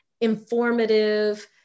informative